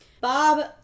Bob